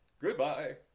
Goodbye